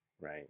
right